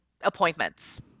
appointments